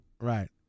Right